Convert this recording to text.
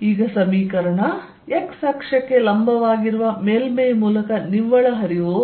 x ಅಕ್ಷಕ್ಕೆ ಲಂಬವಾಗಿರುವ ಮೇಲ್ಮೈ ಮೂಲಕ ನಿವ್ವಳ ಹರಿವು